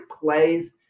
plays